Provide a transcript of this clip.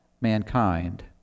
mankind